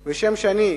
שני,